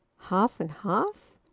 half and half?